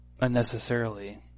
unnecessarily